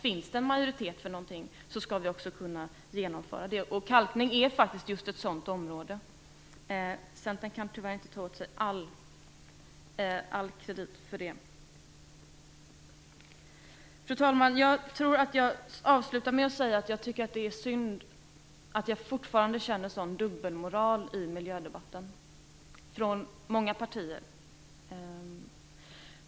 Finns det en majoritet för någonting är det viktigt att vi också skall kunna genomföra det, och kalkning är ett sådant område. Centern kan tyvärr inte ta åt sig all kredit för detta. Fru talman! Jag vill avslutningsvis säga att jag tycker det är synd att jag fortfarande märker en sådan dubbelmoral i miljödebatten från många partier.